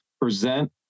present